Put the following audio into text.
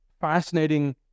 fascinating